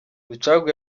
rucagu